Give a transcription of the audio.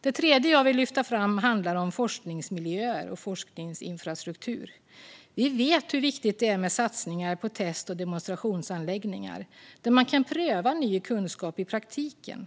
Det tredje jag vill lyfta fram handlar om forskningsmiljöer och forskningsinfrastruktur. Vi vet hur viktigt det är med satsningar på test och demonstrationsanläggningar där man kan pröva ny kunskap i praktiken.